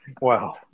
Wow